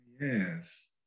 Yes